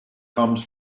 comes